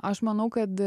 aš manau kad